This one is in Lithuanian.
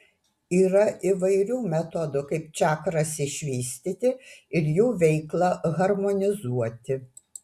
yra įvairių metodų kaip čakras išvystyti ir jų veiklą harmonizuoti